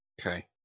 okay